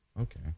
Okay